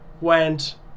went